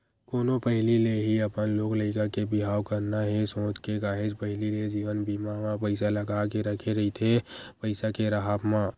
कोनो पहिली ले ही अपन लोग लइका के बिहाव करना हे सोच के काहेच पहिली ले जीवन बीमा म पइसा लगा के रखे रहिथे पइसा के राहब म